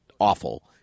awful